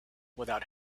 without